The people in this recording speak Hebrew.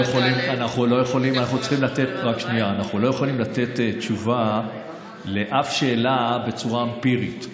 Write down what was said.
יכולים לתת תשובה לשום שאלה בצורה אמפירית.